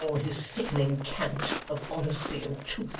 with all his sickening cant of honesty and truth,